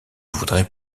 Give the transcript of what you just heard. voudrais